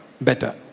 better